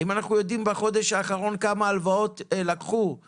האם אנחנו יודעים כמה הלוואות לקחו בחודש האחרון?